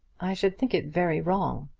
i should think it very wrong.